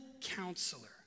counselor